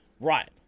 Right